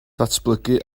datblygu